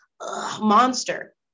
monster